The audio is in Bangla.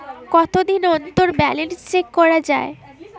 কতদিন অন্তর ব্যালান্স চেক করা য়ায়?